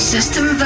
System